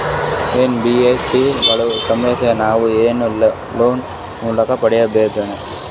NBSC ಗಳ ಸರ್ವಿಸನ್ನ ನಾವು ಆನ್ ಲೈನ್ ಮೂಲಕ ಪಡೆಯಬಹುದೇನ್ರಿ?